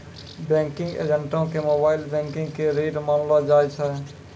banking एजेंटो के mobile banking के रीढ़ मानलो जाय छै